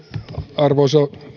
arvoisa